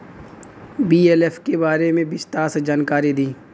BLF के बारे में विस्तार से जानकारी दी?